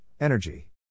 Energy